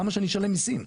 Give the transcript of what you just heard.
למה שאני אשלם מיסים?